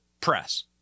press